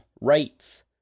rights